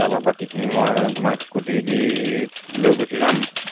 তাৰপৰা বাকীখিনি মই তোমাক স্কুটিয়েদি লৈ গুচি যাম